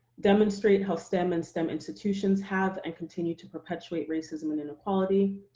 demonstrate how stem and stem institutions have and continue to perpetuate racism and inequality,